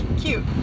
cute